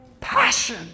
Passion